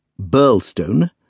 Burlstone